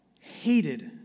hated